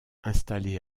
installé